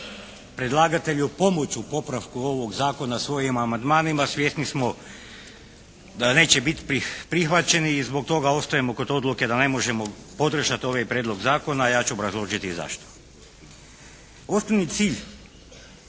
predlagatelju pomoći u popravku ovog zakona svojim amandmanima svjesni smo da neće biti prihvaćeni. I zbog toga ostajemo kod odluke da ne možemo podržati ovaj prijedlog zakona, a ja ću obrazložiti zašto. Osnovni cilj